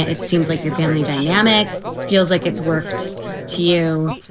it seems like your family dynamic feels like it's worked to you.